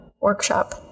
workshop